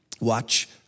Watch